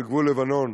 בגבול לבנון